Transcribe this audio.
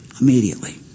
immediately